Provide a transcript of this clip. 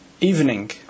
evening